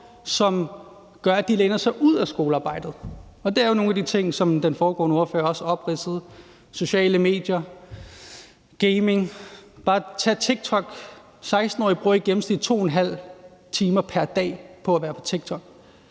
som gør, at de læner sig ud af skolearbejdet. Det er jo nogle af de ting, som den foregående ordfører også opridsede: sociale medier, gaming, eller bare tag TikTok – 16-årige bruger i gennemsnit 2½ time pr. dag på at være på TikTok.